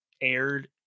aired